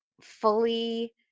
fully